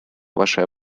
ваше